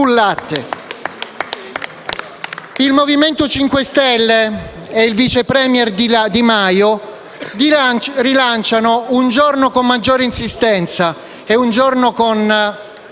Il MoVimento 5 Stelle e il vice *premier* Di Maio rilanciano, un giorno con maggiore insistenza e un giorno con